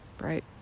right